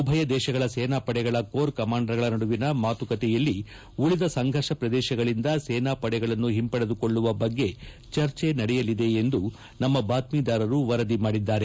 ಉಭಯ ದೇಶಗಳ ಸೇನಾಪಡೆಗಳ ಕೋರ್ ಕಮಾಂಡರ್ಗಳ ನಡುವಿನ ಮಾತುಕತೆಯಲ್ಲಿ ಉಳಿದ ಸಂಘರ್ಷ ಪ್ರದೇಶಗಳಿಂದ ಸೇನಾಪಡೆಗಳನ್ನು ಒಂಪಡೆದುಕೊಳ್ಳುವ ಬಗ್ಗೆ ಚರ್ಚೆ ನಡೆಯಲಿದೆ ಎಂದು ನಮ್ಮ ಬಾತ್ತೀದಾರರು ವರದಿ ಮಾಡಿದ್ದಾರೆ